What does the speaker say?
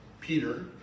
Peter